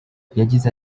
yagize